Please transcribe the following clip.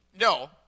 No